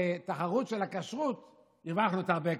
בתחרות של הכשרות לא הרווחנו הרבה כסף,